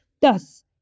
Thus